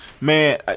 Man